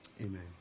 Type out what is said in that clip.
amen